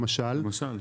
למשל,